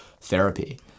therapy